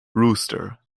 rooster